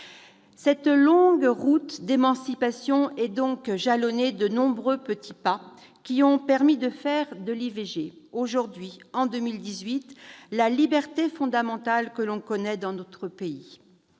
Cette longue route d'émancipation est donc jalonnée de nombreux petits pas, qui ont permis de faire de l'IVG, en 2018, la liberté fondamentale que l'on connaît dans notre pays.